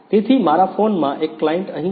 તેથી મારા ફોનમાં એક ક્લાયંટ અહીં છે